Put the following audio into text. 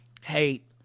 hate